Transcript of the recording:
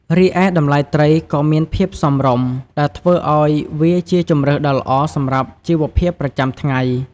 រីឯតម្លៃត្រីក៏មានភាពសមរម្យ ដែលធ្វើឲ្យវាជាជម្រើសដ៏ល្អសម្រាប់ជីវភាពប្រចាំថ្ងៃ។